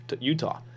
Utah